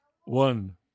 One